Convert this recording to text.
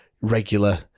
regular